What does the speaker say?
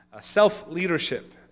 self-leadership